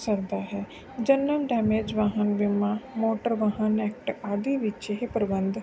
ਸਕਦਾ ਹੈ general damage ਵਾਹਨ ਬੀਮਾ ਮੋਟਰ ਵਾਹਨ ਐਕਟ ਆਦਿ ਵਿੱਚ ਇਹ ਪ੍ਰਬੰਧ